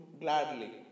gladly